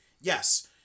yes